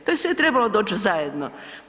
To je sve trebalo doći zajedno.